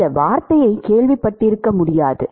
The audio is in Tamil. இந்த வார்த்தையை கேள்விப்பட்டிருக்க முடியாது